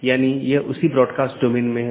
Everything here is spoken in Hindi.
IGP IBGP AS के भीतर कहीं भी स्थित हो सकते है